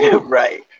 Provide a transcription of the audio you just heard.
Right